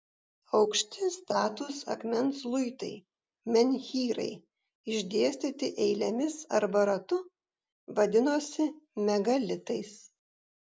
aukšti statūs akmens luitai menhyrai išdėstyti eilėmis arba ratu vadinosi megalitais